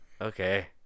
okay